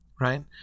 right